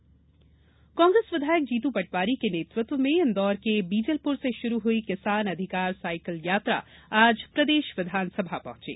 जीतू पटवारी कांग्रेस विधायक जीतू पटवारी के नेतृत्व में इंदौर के बीजलपुर से शुरू हई किसान अधिकार साइकिल यात्रा आज प्रदेश विधानसभा पहंची